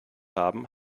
haben